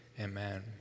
amen